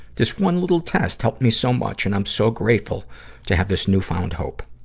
this one little test helped me so much, and i'm so grateful to have this new-found hope.